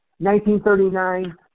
1939